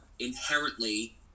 inherently